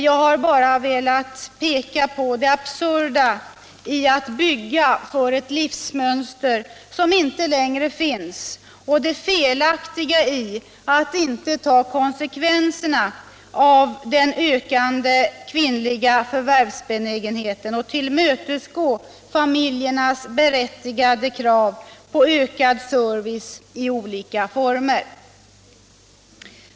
Jag har bara velat peka på det absurda i att bygga för ett livsmönster som inte längre finns och på det felaktiga i att inte ta konsekvenserna av den ökande kvinnliga förvärvsbenägenheten och att inte tillmötesgå familjernas berättigade krav på ökad service i olika former.